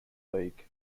league